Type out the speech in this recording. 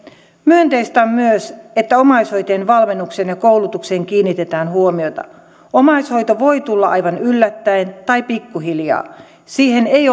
myönteistä on myös että omaishoitajien valmennukseen ja koulutukseen kiinnitetään huomiota omaishoito voi tulla aivan yllättäin tai pikkuhiljaa siihen ei